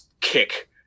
kick